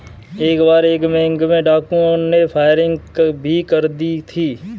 एक बार एक बैंक में डाकुओं ने फायरिंग भी कर दी थी